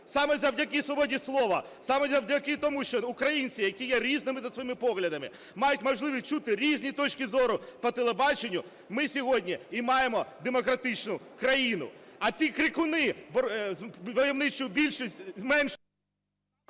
Саме завдяки свободі слова, саме завдяки тому, що українці, які є різними за своїми поглядами, мають можливість чути різні точки зору по телебаченню, ми сьогодні і маємо демократичну країну. А ті крикуни, войовничу більшість…